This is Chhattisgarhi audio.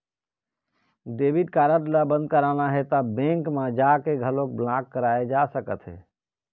डेबिट कारड ल बंद कराना हे त बेंक म जाके घलोक ब्लॉक कराए जा सकत हे